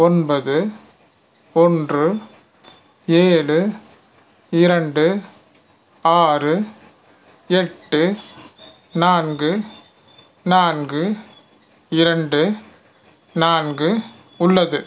ஒன்பது ஒன்று ஏழு இரண்டு ஆறு எட்டு நான்கு நான்கு இரண்டு நான்கு உள்ளது